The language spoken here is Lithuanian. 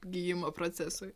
gijimo procesui